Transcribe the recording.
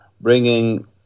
bringing